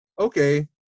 okay